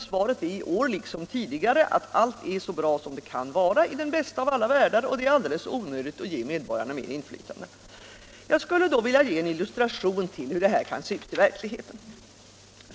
Svaret är i år liksom tidigare att allt är så bra som det skall vara i den bästa av alla världar, och det är alldeles onödigt att ge medborgarna mer inflytande. Jag skulle vilja ge en illustration till hur det kan se ut i verkligheten.